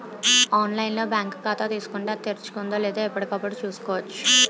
online లో bank ఖాతా తీసుకుంటే, అది తెరుచుకుందో లేదో ఎప్పటికప్పుడు చూసుకోవచ్చు